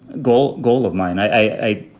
goal goal of mine. i.